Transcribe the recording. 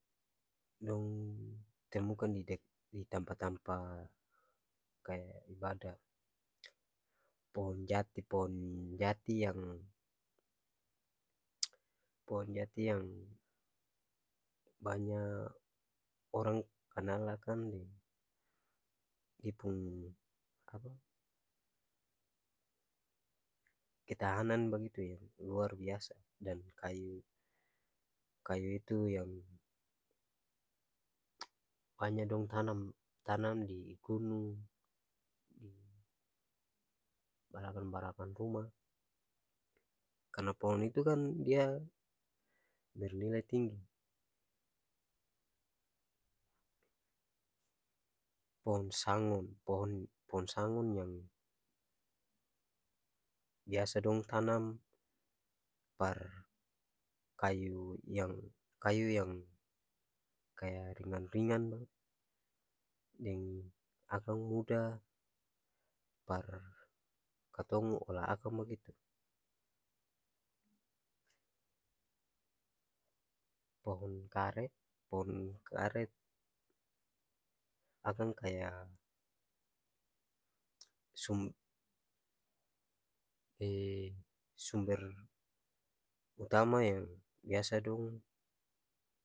Dong temukan ditampa tampa kaya ibada, pohong jati, pohong jati yang banya orang kanal akang dia pung apa dia pung ketahanan bagitue itu luar biasa dan kayu kayu yang banya dong tanam tanam digunung di balakang-balakang rumah, karena pohong itukan dia bernilai tinggi, pohong sangon pohong sangon yang biasa dong tanam par kayu yang kayu yang ringan-ringan akang muda par katong olah akang bagitue, pohong karet, pohong karet akang kay sumber utama yang biasa dong.